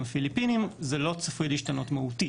הפיליפינים זה לא צפוי להשתנות מהותית.